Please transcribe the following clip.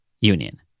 union